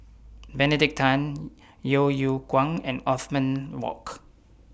Benedict Tan Yeo Yeow Kwang and Othman Wok